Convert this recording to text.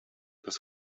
das